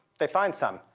they find some.